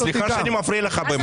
סליחה שאני מפריע לך באמת.